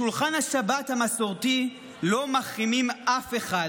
בשולחן השבת המסורתי לא מחרימים אף אחד,